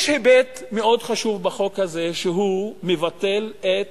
יש היבט מאוד חשוב בחוק הזה, שמבטל את